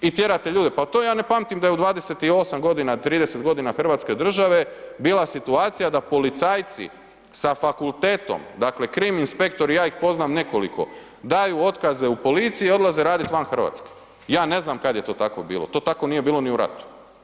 I tjerate ljude, pa to ja ne pamtim da je u 28 g., 30 g. hrvatske država bila situacija da policajce sa fakultetom, dakle krim inspektor i ja ih poznam nekoliko, daju otkaze u policiji i odlaze radit van Hrvatske, ja ne znam kad je to tako bilo, to tako nije bilo ni u ratu.